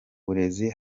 burezi